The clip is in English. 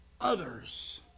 others